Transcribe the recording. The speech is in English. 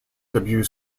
debut